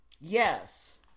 Yes